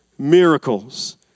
miracles